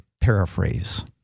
paraphrase